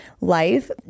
life